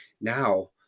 now